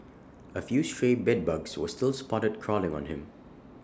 A few stray bedbugs were still spotted crawling on him